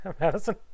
Madison